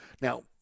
Now